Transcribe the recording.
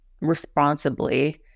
responsibly